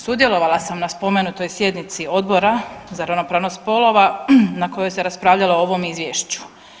Sudjelovala sam na spomenutoj sjednici Odbora za ravnopravnost spolova na kojoj se raspravljalo o ovom izvješću.